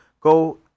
go